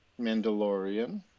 Mandalorian